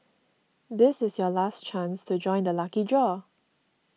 this is your last chance to join the lucky draw